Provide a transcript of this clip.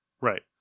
Right